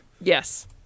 Yes